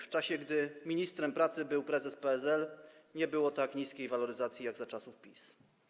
W czasie, gdy ministrem pracy był prezes PSL, nie było tak niskich waloryzacji jak za czasów PiS.